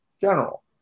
general